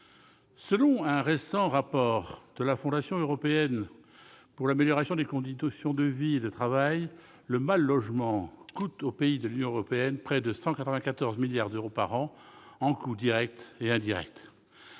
Selon un récent rapport de la Fondation européenne pour l'amélioration des conditions de vie et de travail, le mal-logement coûte aux pays de l'Union européenne près de 194 milliards d'euros par an, en coûts directs et indirects.